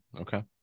Okay